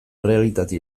errealitate